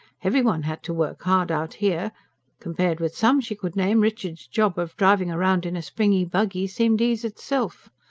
every one had to work hard out here compared with some she could name, richard's job of driving round in a springy buggy seemed ease itself.